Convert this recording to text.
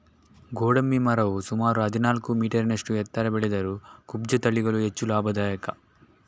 ಗೋಡಂಬಿ ಮರವು ಸುಮಾರು ಹದಿನಾಲ್ಕು ಮೀಟರಿನಷ್ಟು ಎತ್ತರ ಬೆಳೆದರೂ ಕುಬ್ಜ ತಳಿಗಳು ಹೆಚ್ಚು ಲಾಭದಾಯಕ